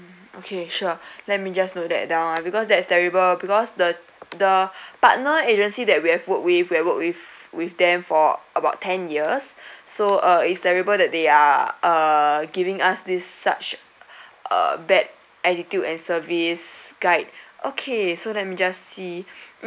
okay sure let me just note that down ah because that's terrible because the the partner agency that we have worked with we have worked with with them for about ten years so uh it's terrible that they are uh giving us this such uh bad attitude and service guide okay so let me just see mm